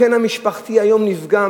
הקן המשפחתי היום נפגע,